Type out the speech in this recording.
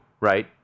right